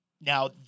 Now